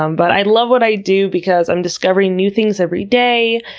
um but i love what i do because i'm discovering new things every day,